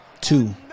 two